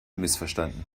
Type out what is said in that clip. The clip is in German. missverstanden